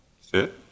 Sit